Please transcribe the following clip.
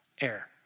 air